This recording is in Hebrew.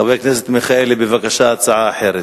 חבר הכנסת מיכאלי, בבקשה, הצעה אחרת.